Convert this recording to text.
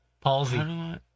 Palsy